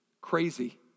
Crazy